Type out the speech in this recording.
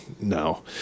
no